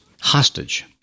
hostage